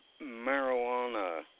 marijuana